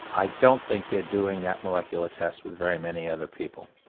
i don't think they're doing that molecular test with very many other people.